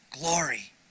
glory